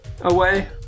away